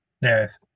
Yes